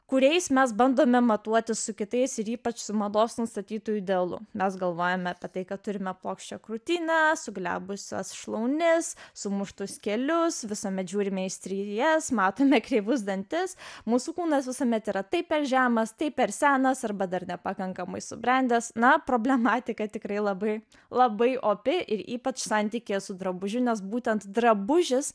kuriais mes bandome matuoti su kitais ir ypač su mados nustatytu idealu mes galvojame apie tai kad turime plokščią krūtinę suglebusias šlaunis sumuštus kelius visuomet žiūrime į strijas matome kreivus dantis mūsų kūnas visuomet yra tai per žemas tai per senas arba dar nepakankamai subrendęs na problematika tikrai labai labai opi ir ypač santykyje su drabužiu nes būtent drabužis